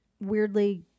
weirdly